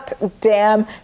goddamn